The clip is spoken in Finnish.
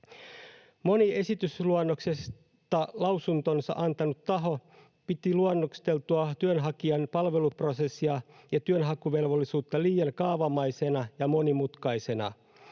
Moni esitysluonnoksesta lausuntonsa antanut taho piti luonnosteltua työnhakijan palveluprosessia ja työnhakuvelvollisuutta liian kaavamaisena ja monimutkaisena.